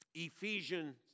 Ephesians